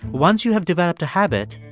once you have developed a habit,